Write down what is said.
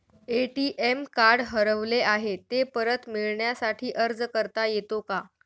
ATM card हरवले आहे, ते परत मिळण्यासाठी अर्ज करता येतो का?